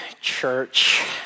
church